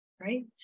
right